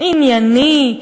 ענייני,